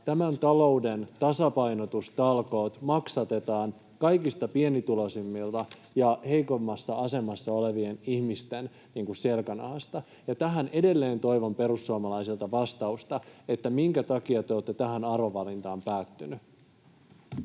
että nämä talouden tasapainotustalkoot maksetaan kaikista pienituloisimpien ja heikoimmassa asemassa olevien ihmisten selkänahasta. Ja tähän edelleen toivon perussuomalaisilta vastausta: minkä takia te olette tähän arvovalintaan päätyneet?